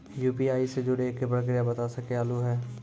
UPI से जुड़े के प्रक्रिया बता सके आलू है?